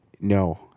No